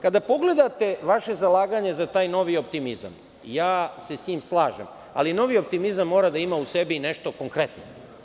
Kada pogledate vaše zalaganje za taj novi optimizam, ja se sa tim slažem, ali novi optimizam mora da ima u sebi nešto konkretno.